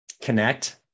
connect